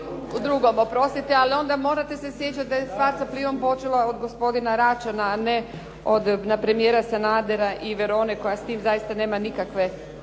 u drugom, oprostite, ali onda morate se sjećati da je stvar sa Plivom počela od gospodina Račana a ne od premijera Sanadera i Verone koja s time zaista nema nikakve